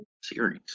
series